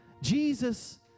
Jesus